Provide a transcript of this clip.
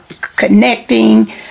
connecting